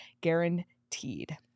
guaranteed